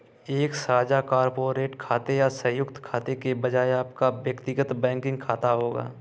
एक साझा कॉर्पोरेट खाते या संयुक्त खाते के बजाय आपका व्यक्तिगत बैंकिंग खाता होगा